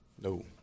No